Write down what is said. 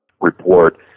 report